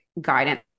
guidance